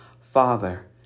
Father